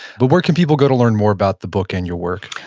but where can people go to learn more about the book and your work?